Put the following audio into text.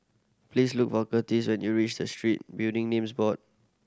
please look for Curtiss when you reach the Street Building Names Board